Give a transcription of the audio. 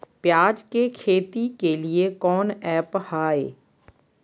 प्याज के खेती के लिए कौन ऐप हाय?